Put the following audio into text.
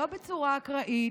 לא בצורה אקראית,